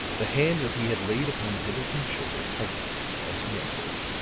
the hand that he had laid upon pendleton's shoulder tightened as he answered